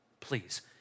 Please